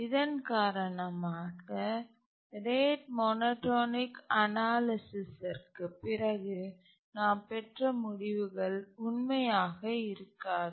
இதன் காரணமாக rate monotonic அனாலிசிஸ்ற்குப் பிறகு நாம் பெற்ற முடிவுகள் உண்மையாக இருக்காது